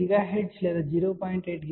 9 GHz లేదా 0